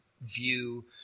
view